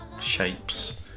shapes